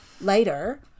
later